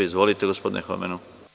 Izvolite, gospodine Homen.